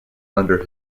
under